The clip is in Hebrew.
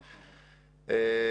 נכון.